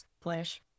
flash